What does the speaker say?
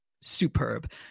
superb